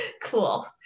Cool